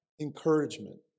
encouragement